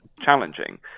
challenging